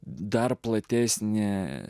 dar platesnį